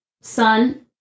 son